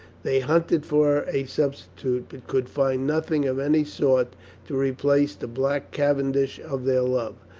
they hunted for a substitute but could find nothing of any sort to replace the black cavendish of their love.